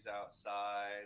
outside